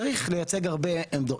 צריך לייצג הרבה עמדות.